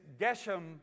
Geshem